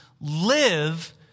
live